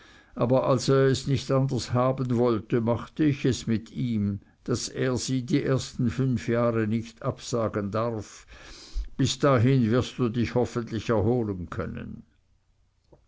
aber als er es nicht anders haben wollte machte ich es mit ihm daß er sie die ersten fünf jahre nicht absagen darf bis dahin wirst du dich hoffentlich erholen können